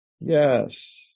Yes